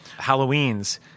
Halloweens